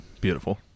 Beautiful